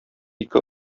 ике